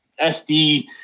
SD